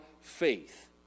faith